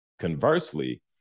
Conversely